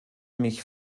mich